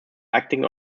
acting